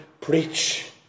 preach